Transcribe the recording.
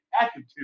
attitude